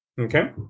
Okay